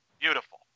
Beautiful